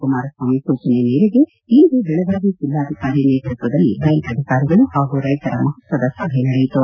ಕುಮಾರಸ್ವಾಮಿ ಸೂಚನೆ ಮೇರೆಗೆ ಇಂದು ಬೆಳಗಾವಿ ಜಿಲ್ಲಾಧಿಕಾರಿ ನೇತೃತ್ವದಲ್ಲಿ ಬ್ಯಾಂಕ್ ಅಧಿಕಾರಿಗಳು ಹಾಗೂ ರೈತರ ಮಹತ್ವದ ಸಭೆ ನಡೆಯಿತು